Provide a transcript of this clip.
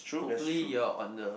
hopefully you're on the